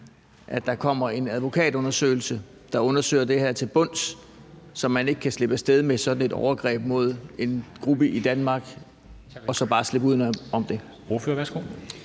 at der kommer en advokatundersøgelse, der undersøger det her til bunds, så man ikke kan slippe af sted med sådan et overgreb mod en gruppe i Danmark og så bare slippe fra det.